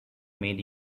made